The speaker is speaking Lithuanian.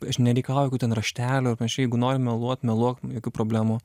aš nereikalauju jokių ten raštelių ar panašiai jeigu nori meluot meluok jokių problemų